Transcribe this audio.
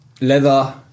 leather